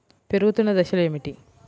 పెరుగుతున్న దశలు ఏమిటి?